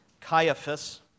Caiaphas